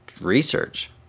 research